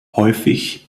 häufig